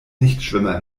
nichtschwimmer